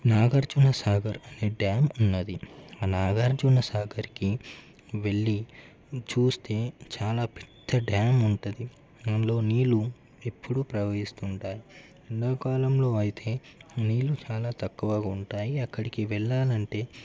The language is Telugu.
నాగార్జునసాగర్ అనే డ్యాం ఉన్నది నాగార్జునసాగర్కి వెళ్లి చూస్తే చాలా పెద్ద డ్యాం ఉంటుంది అందులో నీళ్లు ఎప్పుడూ ప్రవహిస్తుంటాయి ఎండాకాలంలో అయితే నీళ్లు చాలా తక్కువగా ఉంటాయి అక్కడికి వెళ్లాలంటే